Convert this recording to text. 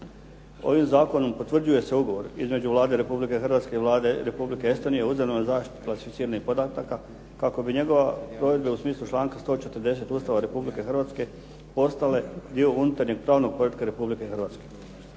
Ovim zakonom potvrđuje se ugovor između Vlade Republike Hrvatske i Vlade Republike Estonije o uzajamnoj zaštiti klasificiranih podataka kako bi njegova provedba u smislu članka 140. Ustava Republike Hrvatske postale dio unutarnjeg pravnog poretka Republike Hrvatske.